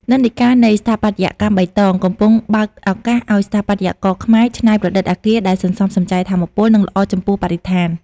និន្នាការនៃ "ស្ថាបត្យកម្មបៃតង" កំពុងបើកឱកាសឱ្យស្ថាបត្យករខ្មែរ ច្នៃប្រឌិតអគារដែលសន្សំសំចៃថាមពល និងល្អចំពោះបរិស្ថាន។